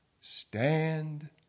Stand